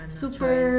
super